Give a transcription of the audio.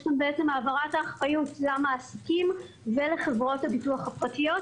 יש כאן בעצם העברת אחריות למעסיקים ולחברות הביטוח הפרטיות,